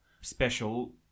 Special